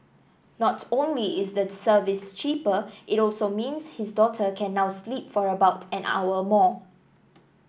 not only is the service cheaper it also means his daughter can now sleep for about an hour more